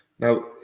now